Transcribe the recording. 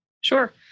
Sure